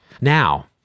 Now